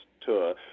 tour